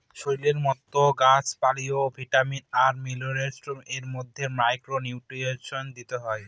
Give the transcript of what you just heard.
শরীরের মতো গাছ পালতেও ভিটামিন আর মিনারেলস এর মতো মাইক্র নিউট্রিয়েন্টস দিতে হয়